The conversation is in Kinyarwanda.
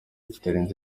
kitarenze